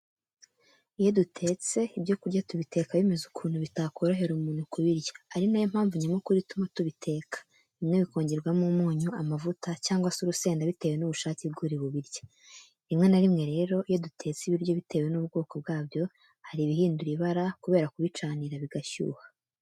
Iyo dutetse ibyo kurya tubiteka bimeze ukuntu bitakorohera umuntu kubirya, ari na yo mpamvu nyamukuru ituma tubiteka, bimwe bikongerwamo umunyu, amavuta cyangwa se urusenda bitewe n'ubushake bw'uri bubirye. Rimwe na rimwe rero iyo dutetse ibiryo bitewe n'ubwoko bwabyo hari ibihindura ibara kubera kubicanira bigashyuha.